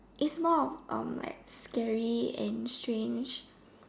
if more of my scary and strange